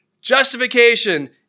Justification